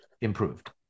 improved